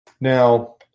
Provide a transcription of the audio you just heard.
Now